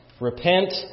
Repent